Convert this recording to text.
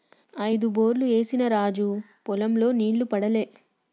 ఐదు బోర్లు ఏసిన రాజు పొలం లో నీళ్లు పడలే